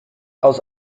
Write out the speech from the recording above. aus